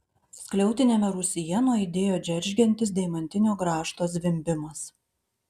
skliautiniame rūsyje nuaidėjo džeržgiantis deimantinio grąžto zvimbimas